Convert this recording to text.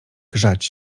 grzać